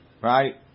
right